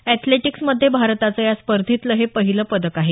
athletics मध्ये भारताचं या स्पर्धेतलं हे पहिलं पदक आहे